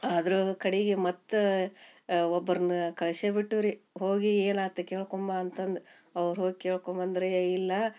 ಆದರು ಕಡಿಗೆ ಮತ್ತು ಒಬ್ಬರ್ನ ಕಳ್ಶೇ ಬಿಟ್ಟು ರೀ ಹೋಗಿ ಏನಾತು ಕೇಳ್ಕೊಂಬಾ ಅಂತಂದು ಅವ್ರು ಹೋಗಿ ಕೇಳ್ಕೊಂಬಂದ್ರೆ ಏ ಇಲ್ಲ